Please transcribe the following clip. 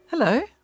Hello